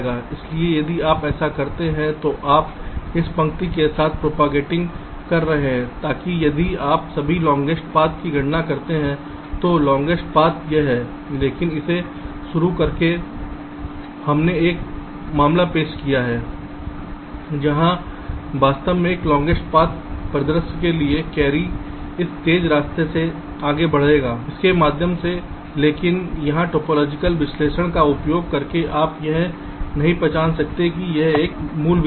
इसलिए यदि आप ऐसा करते हैं तो आप इस पंक्ति के साथ प्रोपेगेटिंग कर रहे हैं लेकिन यदि आप अभी लांगेस्ट पाथ की गणना करते हैं तो लांगेस्ट पाथ यह है लेकिन इसे शुरू करके हमने एक मामला पेश किया है जहां वास्तव में इस लांगेस्ट पाथ परिदृश्य के लिए कैरी इस तेज रास्ते से आगे बढ़ेगा इसके माध्यम से लेकिन इस टोपोलॉजिकल विश्लेषण का उपयोग करके आप यह नहीं पहचान सकते कि यह यह मूल विचार है